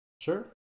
Sure